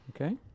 Okay